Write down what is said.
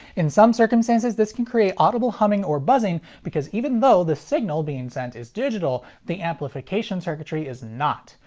in some circumstances, this can create audible humming or buzzing because even though the signal being sent is digital, the amplification circuitry is not.